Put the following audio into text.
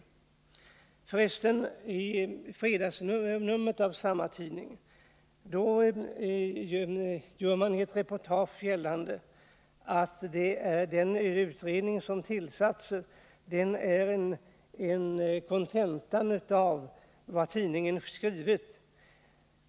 I ett reportage i fredagsnumret av samma tidning gör man vidare gällande att den utredning som tillsatts tillkommit som en följd av vad tidningen skrivit.